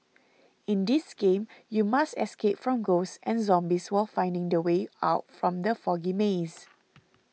in this game you must escape from ghosts and zombies while finding the way out from the foggy maze